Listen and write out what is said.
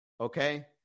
okay